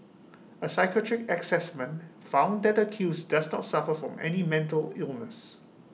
A psychiatric Assessment found that the accused does not suffer from any mental illness